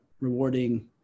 rewarding